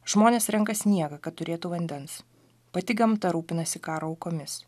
žmonės renka sniegą kad turėtų vandens pati gamta rūpinasi karo aukomis